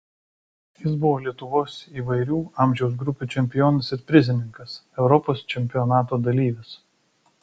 jis buvo lietuvos įvairių amžiaus grupių čempionas ir prizininkas europos čempionato dalyvis